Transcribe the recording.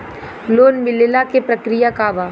Loan मिलेला के प्रक्रिया का बा?